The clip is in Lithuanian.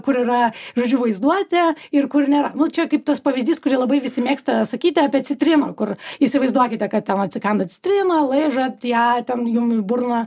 kur yra žodžiu vaizduotė ir kur nėra nu čia kaip tas pavyzdys kurį labai visi mėgsta sakyti apie citriną kur įsivaizduokite kad ten atsikandot citriną laižot ją ten jum į burną